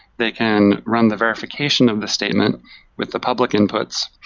they can run the verification of the statement with the public inputs,